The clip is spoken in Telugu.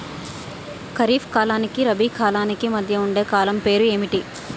ఖరిఫ్ కాలానికి రబీ కాలానికి మధ్య ఉండే కాలం పేరు ఏమిటి?